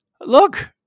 Look